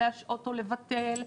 או להשעות או לבטל.